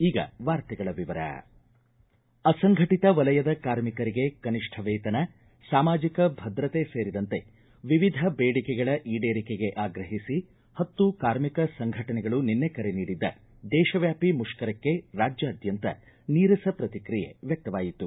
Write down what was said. ಈಗ ವಾರ್ತೆಗಳ ವಿವರ ಅಸಂಘಟಿತ ವಲಯದ ಕಾರ್ಮಿಕರಿಗೆ ಕನಿಷ್ಠ ವೇತನ ಸಾಮಾಜಿಕ ಭದ್ರತೆ ಸೇರಿದಂತೆ ವಿವಿಧ ಬೇಡಿಕೆಗಳ ಈಡೇರಿಕೆಗೆ ಆಗ್ರಹಿಸಿ ಹತ್ತು ಕಾರ್ಮಿಕ ಸಂಘಟನೆಗಳು ನಿನ್ನೆ ಕರೆ ನೀಡಿದ್ದ ದೇಶವ್ಯಾಪಿ ರಾಜ್ಯಾದ್ಯಂತ ನೀರಸ ಪ್ರತಿಕ್ರಿಯೆ ವ್ಯಕ್ತವಾಯಿತು